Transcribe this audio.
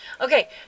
Okay